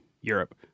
Europe